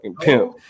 pimp